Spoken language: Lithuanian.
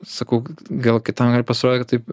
sakau gal kitam ir pasirodė kad taip